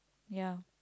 ya